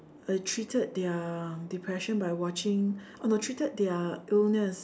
uh treated their depression by watching oh no treated their illness